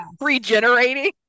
regenerating